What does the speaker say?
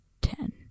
Ten